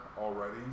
already